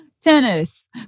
Tennis